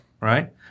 Right